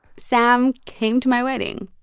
sam came to my wedding.